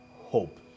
hope